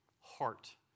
heart